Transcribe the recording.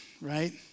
right